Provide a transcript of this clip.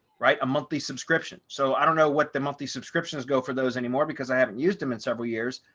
right, a monthly subscription. so i don't know what the monthly subscriptions go for those anymore because i haven't used them in several years.